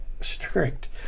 strict